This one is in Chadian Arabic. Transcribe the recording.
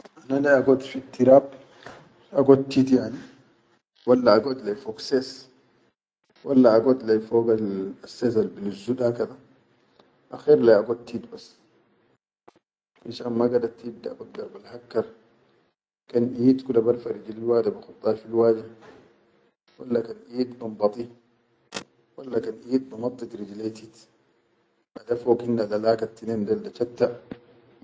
Ana le a god fittirab a god tit yani walla a god le yi fog ses walla a god fogal ses al bilizu daka da akher le a god tit bas finshan ma gadad tit da bagdar bal hakkar kan iyit kula barfa rijili wade ba khuda fil wade walla kan iyit banbadi walla kan iyit ba naddi rijilaiyi tit hada fog hinel nel haka tinen da chatta.